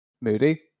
Moody